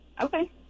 Okay